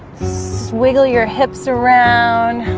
swittel your hips around